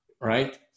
Right